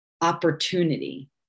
opportunity